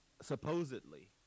Supposedly